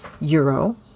euro